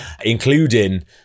including